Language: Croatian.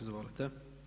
Izvolite.